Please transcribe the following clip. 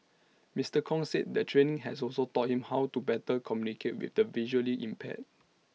Mister Kong said the training has also taught him how to better communicate with the visually impaired